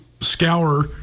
scour